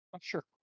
sure